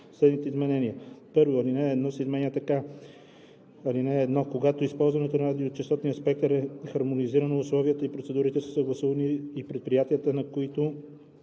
следните изменения: 1. Алинея 1 се изменя така: „(1) Когато използването на радиочестотния спектър е хармонизирано, условията и процедурите са съгласувани и предприятията, на които